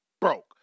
broke